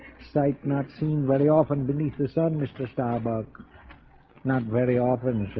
site not seen very often beneath the sun. mr. starbuck not very often